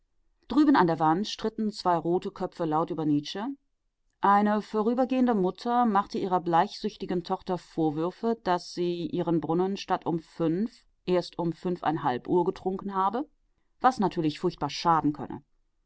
drüben an der wand stritten zwei rote köpfe laut über nietzsche eine vorübergehende mutter machte ihrer bleichsüchtigen tochter vorwürfe daß sie ihren brunnen statt um fünf erst um fünfeinhalb uhr getrunken habe was natürlich furchtbar schaden könne